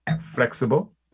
flexible